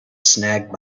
snagged